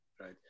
right